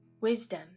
Wisdom